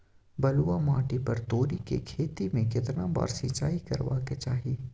बलुआ माटी पर तोरी के खेती में केतना बार सिंचाई करबा के चाही?